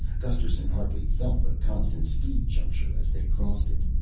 gusterson hardly felt the constant-speed juncture as they crossed it.